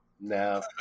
no